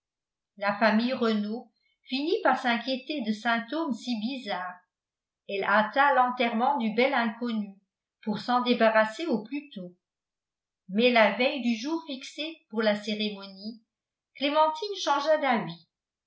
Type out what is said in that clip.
la famille renault finit par s'inquiéter de symptômes si bizarres elle hâta l'enterrement du bel inconnu pour s'en débarrasser au plus tôt mais la veille du jour fixé pour la cérémonie clémentine changea d'avis